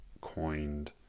coined